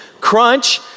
Crunch